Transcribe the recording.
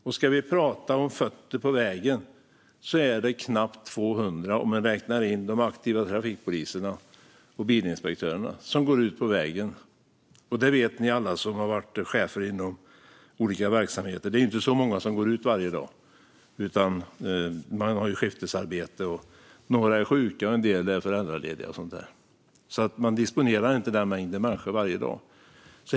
Om vi ska prata om antalet fötter på vägen är det knappt 200, om man räknar in de aktiva trafikpoliser och bilinspektörer som går ut på vägen. Och alla som har varit chefer inom olika verksamheter vet att det inte är så många som går ut varje dag. Vissa är skiftarbetare, några är sjuka och en del är föräldralediga, så man disponerar inte alla varje dag.